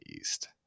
East